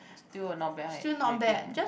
still a not bad high rating